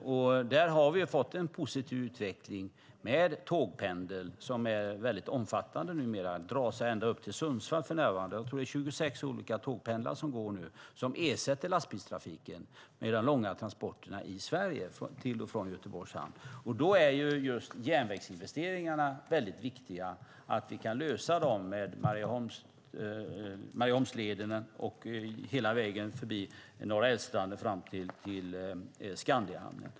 Här har vi fått en positiv utveckling med tågpendel, som numera är omfattande och drar sig ända upp till Sundsvall. Det är 26 olika tågpendlar som går och som ersätter lastbilstrafiken för de långa transporterna i Sverige till och från Göteborgs hamn. Då är det viktigt med järnvägsinvesteringar så att vi kan lösa det med Marieholmsleden hela vägen förbi Norra Älvstranden fram till Skandiahamnen.